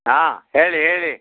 ಹಾಂ ಹೇಳಿ ಹೇಳಿ